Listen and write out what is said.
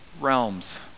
realms